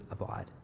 abide